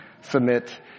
submit